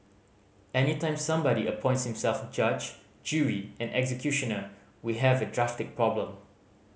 any time somebody appoints himself judge jury and executioner we have a drastic problem